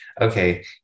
okay